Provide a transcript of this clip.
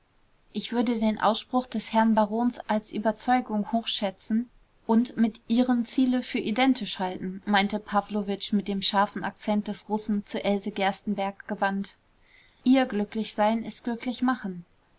ich würde den ausspruch des herrn barons als überzeugung hochschätzen und mit ihrem ziele für identisch halten meinte pawlowitsch mit dem scharfen akzent des russen zu else gerstenbergk gewandt ihr glücklichsein ist glücklich machen